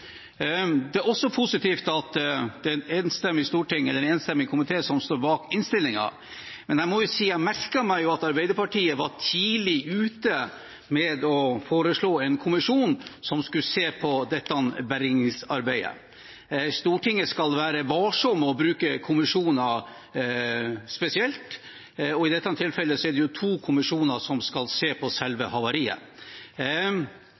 Det er også positivt at en enstemmig komité står bak innstillingen. Men jeg må si at jeg merket meg at Arbeiderpartiet var tidlig ute med å foreslå en kommisjon som skulle se på dette bergingsarbeidet. Stortinget skal være varsom med spesielt å bruke kommisjoner, og i dette tilfellet er det to kommisjoner som skal se på selve